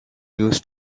news